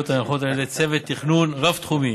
הנערכות על ידי צוות תכנון רב-תחומי,